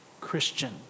Christian